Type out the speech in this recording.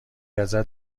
ازت